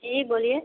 जी बोलिए